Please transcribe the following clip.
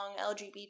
lgbt